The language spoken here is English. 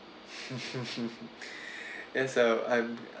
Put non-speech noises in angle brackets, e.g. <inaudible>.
<laughs> yes um I am